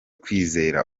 kwizera